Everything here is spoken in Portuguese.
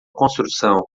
construção